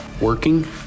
working